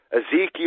Ezekiel